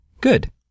Good